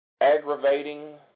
aggravating